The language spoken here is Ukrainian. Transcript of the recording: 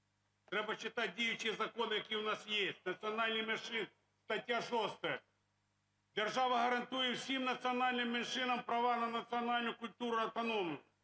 треба читати діючий закон, який у нас є: національні меншини. Стаття 6. "Держава гарантує всім національним меншинам права на національно-культурну автономію: